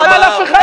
משפט סיכום בבקשה.